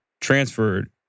transferred